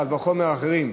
קל וחומר אחרים.